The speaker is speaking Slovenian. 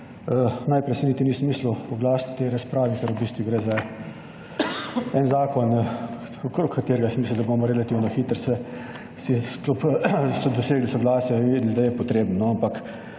Najprej se niti nisem mislil oglasiti v tej razpravi, ker v bistvu gre za en zakon, okrog katerega sem mislil, da bomo relativno hitro dosegli soglasje in videli, da je potreben. Ampak